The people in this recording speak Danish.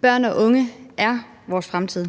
Børn og unge er vores fremtid.